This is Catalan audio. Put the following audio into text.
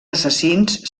assassins